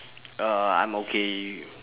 uh I'm okay with